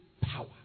power